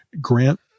Grant